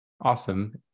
awesome